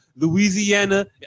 Louisiana